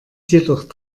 jedoch